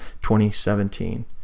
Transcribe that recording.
2017